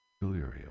Delirium